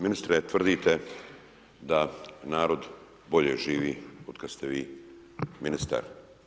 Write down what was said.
Ministre, tvrdite da narod bolje živi otkad ste vi ministar.